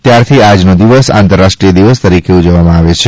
ત્યારથી આજનો દિવસ આંતરરાષ્ટ્રીય દિવસ તરીકે ઉજવવામાં આવે છે